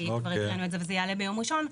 כי כבר הקראנו את זה וזה יעלה ביום ראשון.